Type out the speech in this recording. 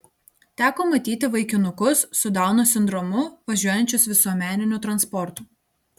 teko matyti vaikinukus su dauno sindromu važiuojančius visuomeniniu transportu